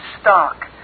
stock